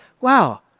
wow